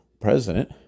president